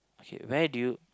okay where do you